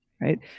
right